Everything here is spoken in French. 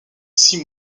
six